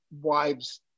wives